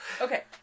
Okay